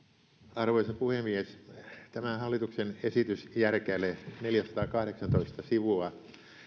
arvoisa puhemies tämä hallituksen esitysjärkäle neljäsataakahdeksantoista sivua